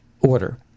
order